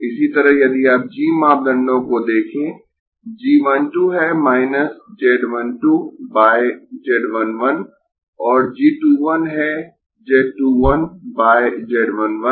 इसी तरह यदि आप g मापदंडों को देखें g 1 2 है z 1 2 बाय z 1 1 और g 2 1 है z 2 1 बाय z 1 1